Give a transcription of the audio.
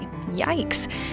Yikes